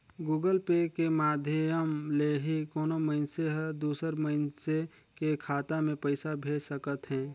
Google Pay के माधियम ले ही कोनो मइनसे हर दूसर मइनसे के खाता में पइसा भेज सकत हें